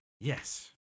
Yes